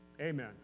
Amen